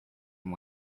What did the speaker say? and